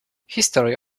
history